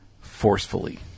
forcefully